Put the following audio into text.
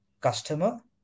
customer